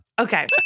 Okay